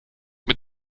mit